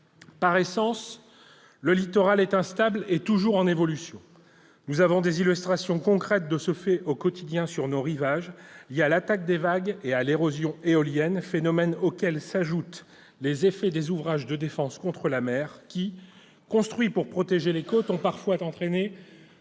Par essence, le littoral est instable et toujours en évolution. Nous en avons, au quotidien, des illustrations concrètes, sur nos rivages, liées à l'attaque des vagues et à l'érosion éolienne. À ces phénomènes s'ajoutent les effets des ouvrages de défense contre la mer, qui, construits pour protéger les côtes, ont parfois entraîné